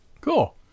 Cool